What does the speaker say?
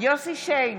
יוסף שיין,